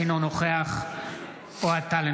אינו נוכח אוהד טל,